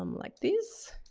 um like this.